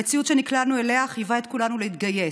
המציאות שנקלענו אליה חייבה את כולנו להתגייס,